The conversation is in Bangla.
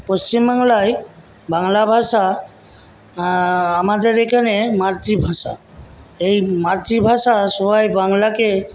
পশ্চিমবাংলায় বাংলা ভাষা আমাদের এখানে মাতৃভাষা এই মাতৃভাষা সবাই বাংলাকে